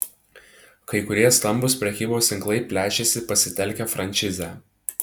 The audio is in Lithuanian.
kai kurie stambūs prekybos tinklai plečiasi pasitelkę frančizę